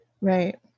right